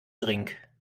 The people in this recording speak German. drink